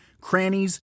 crannies